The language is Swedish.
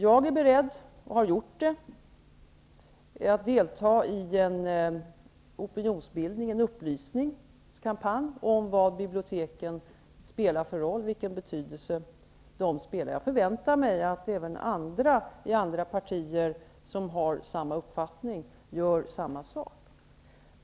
Jag är beredd att delta i opinionsbildningen och har också deltagit i en upplysningskampanj om den roll som biblioteken spelar och vilken betydelse de har. Jag förväntar mig att man i andra partier som har samma uppfattning gör detsamma.